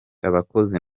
abakozi